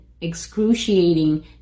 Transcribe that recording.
excruciating